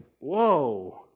Whoa